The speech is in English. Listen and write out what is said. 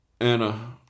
Anna